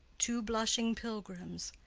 two blushing pilgrims,